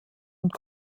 und